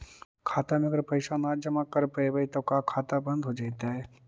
खाता मे अगर पैसा जमा न कर रोपबै त का होतै खाता बन्द हो जैतै?